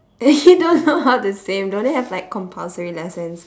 you don't know how to swim don't you have like compulsory lessons